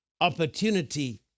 opportunity